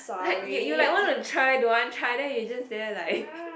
like you you like want to try don't want try then you just there like